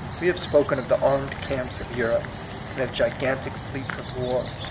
we have spoken of the armed camps of europe and of gigantic fleets of war.